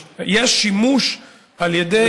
יש שימוש על ידי,